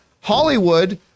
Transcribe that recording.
hollywood